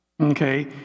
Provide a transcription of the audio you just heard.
okay